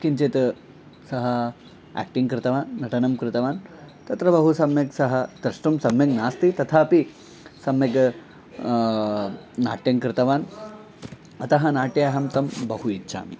किञ्चित् सः आक्टिङ्ग् कृतवान् नटनं कृतवान् तत्र बहु सम्यक् सः द्रष्टुं सम्यक् नास्ति तथापि सम्यग् नाट्यं कृतवान् अतः नाट्ये अहं तं बहु इच्छामि